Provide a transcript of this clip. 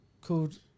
called